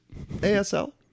ASL